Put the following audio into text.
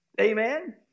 Amen